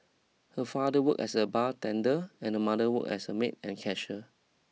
her father worked as a bartender and her mother worked as a maid and cashier